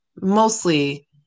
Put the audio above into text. mostly